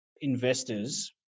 investors